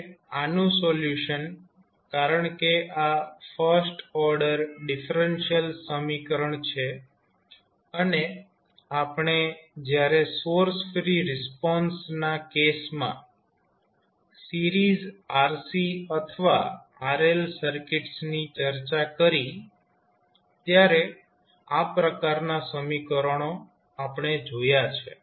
હવે આનું સોલ્યુશન કારણ કે આ ફર્સ્ટ ઓર્ડર ડિફરેન્શિયલ સમીકરણ છે અને આપણે જયારે સોર્સ ફ્રી રિસ્પોન્સ ના કેસમાં સિરીઝ RC અથવા RL સર્કિટ્સની ચર્ચા કરી ત્યારે આ પ્રકારના સમીકરણો આપણે જોયા છે